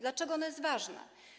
Dlaczego ono jest ważne?